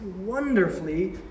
wonderfully